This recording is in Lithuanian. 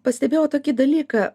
pastebėjau tokį dalyką